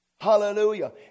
Hallelujah